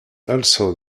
also